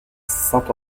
saint